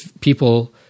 people